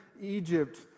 Egypt